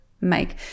make